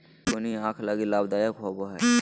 zucchini आंख लगी लाभदायक होबो हइ